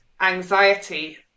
anxiety